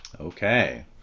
Okay